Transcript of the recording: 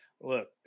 look